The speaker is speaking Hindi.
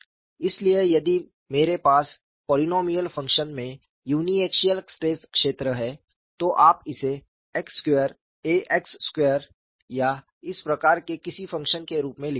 इसलिए यदि मेरे पास पोलीनोमिअल फंक्शन में यूनि एक्सियल स्ट्रेस क्षेत्र है तो आप इसे x2ax2 वर्ग या इस प्रकार के किसी फंक्शन के रूप में लिखेंगे